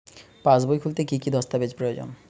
পাসবই খুলতে কি কি দস্তাবেজ প্রয়োজন?